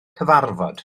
cyfarfod